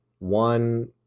One